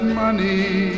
money